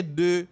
de